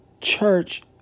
church